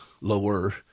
lower